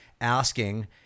asking